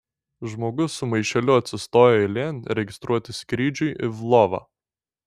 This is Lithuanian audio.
žmogus su maišeliu atsistojo eilėn registruotis skrydžiui į lvovą